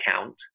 account